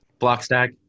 Blockstack